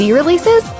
releases